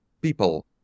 people